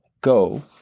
go